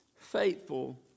Faithful